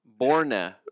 Borna